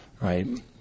right